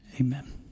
Amen